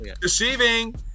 Deceiving